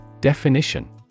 Definition